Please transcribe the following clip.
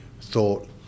thought